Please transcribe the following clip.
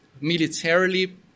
militarily